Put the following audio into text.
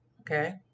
okay